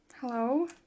hello